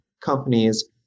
companies